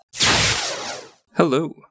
Hello